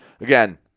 Again